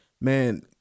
man